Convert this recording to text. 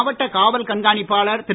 மாவட்ட காவல் கண்காணிப்பாளர் திரு